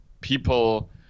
people